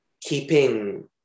keeping